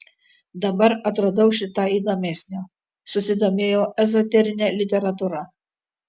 dabar atradau šį tą įdomesnio susidomėjau ezoterine literatūra